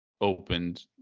opened